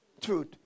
Truth